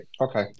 Okay